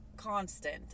constant